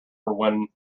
when